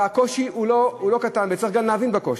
הקושי הוא לא קטן, וצריך גם להבין את הקושי.